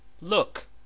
Look